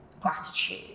gratitude